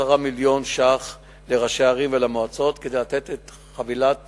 מיליוני שקלים לראשי ערים ולמועצות כדי לתת את חבילת